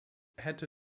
hätte